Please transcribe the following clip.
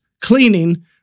cleaning